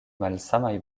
malsamaj